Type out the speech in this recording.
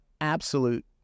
absolute